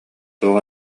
туох